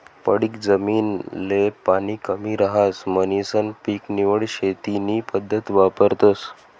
पडीक जमीन ले पाणी कमी रहास म्हणीसन पीक निवड शेती नी पद्धत वापरतस